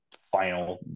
final